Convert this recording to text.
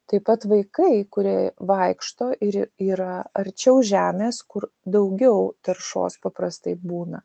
taip pat vaikai kurie vaikšto ir yra arčiau žemės kur daugiau taršos paprastai būna